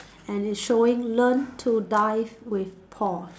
and it's showing learn to dive with Paul